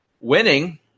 winning